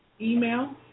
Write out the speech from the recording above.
email